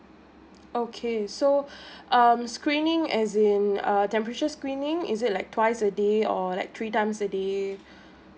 okay so um screening as in err temperature screening is it like twice a day or like three times a day